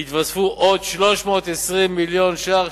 יתווספו עוד 320 מיליון שקלים,